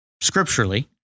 scripturally